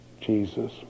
Jesus